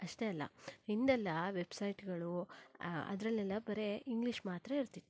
ಅಷ್ಟೇ ಅಲ್ಲ ಹಿಂದೆಲ್ಲ ವೆಬ್ಸೈಟ್ಗಳು ಅದರಲ್ಲೆಲ್ಲ ಬರೇ ಇಂಗ್ಲೀಷ್ ಮಾತ್ರ ಇರ್ತಿತ್ತು